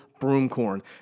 broomcorn